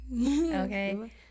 Okay